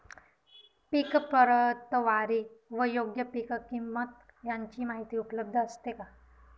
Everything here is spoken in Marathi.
पीक प्रतवारी व योग्य पीक किंमत यांची माहिती उपलब्ध असते का?